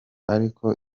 ariko